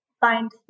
find